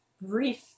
brief